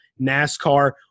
nascar